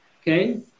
Okay